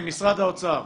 משרד האוצר.